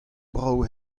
brav